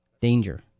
danger